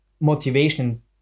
motivation